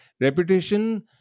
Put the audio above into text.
reputation